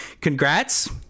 congrats